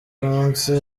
pence